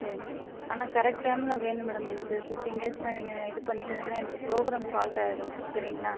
சரி ஆனால் கரெக்ட்டான வேணும் மேடம் எனக்கு ஃபிஃப்ட்டின் டேஸ்னா நீங்கள் இது பண்ணிட்டு நின்னால் எனக்கு ப்ரோக்ராம் ஃபால்ட் ஆயிடும் சரிங்ளா